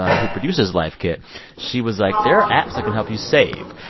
who produces life kit she was like, there are apps can help you save.